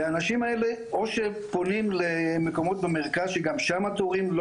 והאנשים האלה או שפונים למקומות במרכז שגם שם התורים לא